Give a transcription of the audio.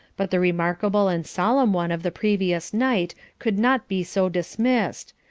but the remarkable and solemn one of the previous night could not be so dismissed,